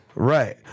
Right